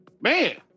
Man